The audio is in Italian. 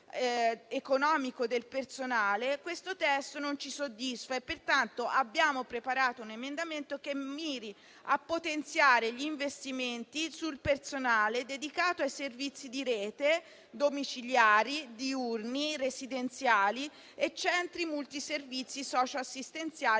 economico del personale, questo testo non ci soddisfa, e pertanto abbiamo preparato un emendamento che miri a potenziare gli investimenti sul personale dedicato ai servizi di rete, domiciliari, diurni, residenziali e centri multi-servizi socioassistenziali,